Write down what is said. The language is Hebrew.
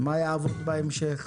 מה יעבוד בהמשך.